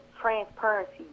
transparency